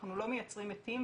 אנחנו לא מייצרים עטים,